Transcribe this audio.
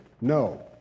No